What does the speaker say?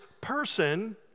person